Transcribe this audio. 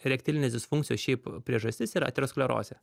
erektilinės disfunkcijos šiaip priežastis yra aterosklerozė